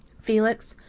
felix,